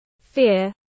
fear